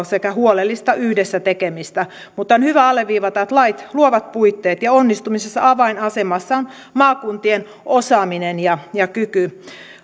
sekä huolellista yhdessä tekemistä mutta on hyvä alleviivata että lait luovat puitteet ja onnistumisessa avainasemassa on maakuntien osaaminen ja ja kyky